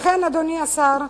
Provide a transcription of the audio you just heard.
לכן, אדוני השר,